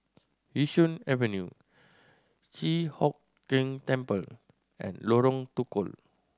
Yishun Avenue Chi Hock Keng Temple and Lorong Tukol